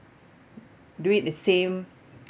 do it the same